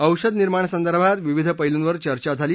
औषध निर्माण संदर्भात विविध पैलूंवर चर्चा झाली